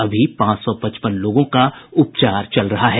अभी पांच सौ पचपन लोगों का उपचार चल रहा है